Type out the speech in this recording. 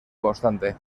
constante